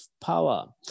power